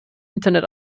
internet